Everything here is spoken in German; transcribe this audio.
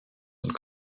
und